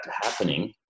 happening